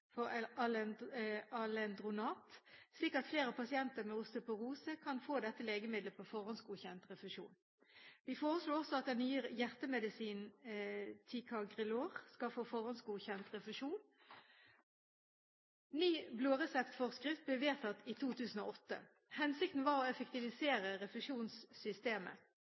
refusjonsvilkårene for alendronat, slik at flere pasienter med osteoporose kan få dette legemidlet på forhåndsgodkjent refusjon. Vi foreslo også at den nye hjertemedisinen ticagrelor skal få forhåndsgodkjent refusjon. Ny blåreseptforskrift ble vedtatt i 2008. Hensikten var å effektivisere refusjonssystemet.